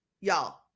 Y'all